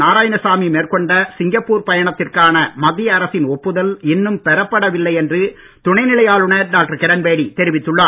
நாராயணசாமி மேற்கொண்ட சிங்கப்பூர் பயணத்திற்கான மத்திய அரசின் ஒப்புதல் இன்னும் பெறப்படவில்லை என்று துணைநிலை ஆளுநர் டாக்டர் கிரண்பேடி தெரிவித்துள்ளார்